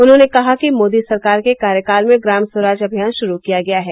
उन्होंने कहा कि मोदी सरकार के कार्यकाल में ग्राम स्वराज अभियान शुरू किया गया है